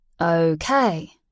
Okay